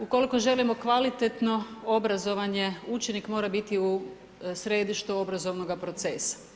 Ukoliko želimo kvalitetno obrazovanje, učenik mora biti u središtu obrazovnoga procesa.